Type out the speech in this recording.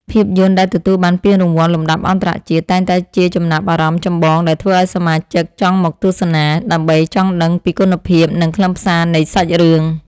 ភាពយន្តដែលទទួលបានពានរង្វាន់លំដាប់អន្តរជាតិ តែងតែជាចំណាប់អារម្មណ៍ចម្បងដែលធ្វើឱ្យសមាជិកចង់មកទស្សនា ដើម្បីចង់ដឹងពីគុណភាព និងខ្លឹមសារនៃសាច់រឿង។